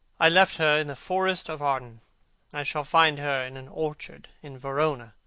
i left her in the forest of arden i shall find her in an orchard in verona.